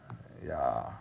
ya